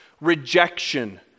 Rejection